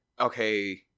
okay